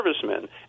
servicemen